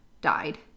died